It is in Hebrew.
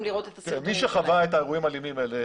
מי שחווה את האירועים האלימים האלה